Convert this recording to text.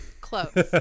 Close